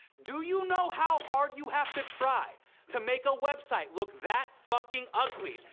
do you know how hard you have to try to make a website look that fucking ugly?